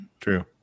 true